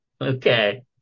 Okay